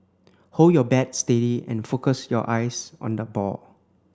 hold your bat steady and focus your eyes on the ball